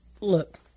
look